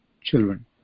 children